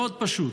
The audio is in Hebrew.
מאוד פשוט: